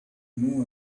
know